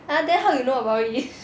ah then how you know about it